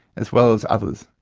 as well as others.